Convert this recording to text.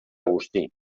agustí